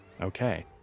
Okay